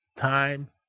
time